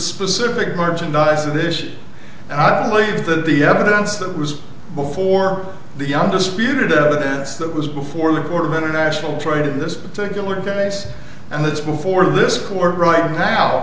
specific margin niceish and i believe that the evidence that was before the undisputed evidence that was before the court of international trade in this particular case and this before this court right now